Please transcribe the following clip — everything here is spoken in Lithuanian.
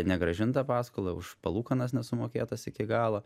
negrąžintą paskolą už palūkanas nesumokėtas iki galo